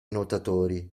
nuotatori